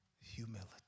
humility